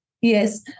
yes